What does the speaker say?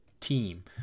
team